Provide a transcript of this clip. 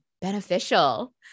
Beneficial